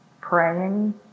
praying